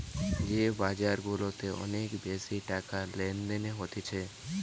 যে বাজার গুলাতে অনেক বেশি টাকার লেনদেন হতিছে